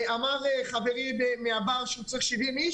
אמר חברי מהבר שהוא צריך 70 איש,